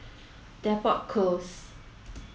Depot Close